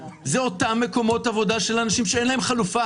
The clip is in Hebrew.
זה אותם מקומות עבודה של אנשים שאין להם חלופה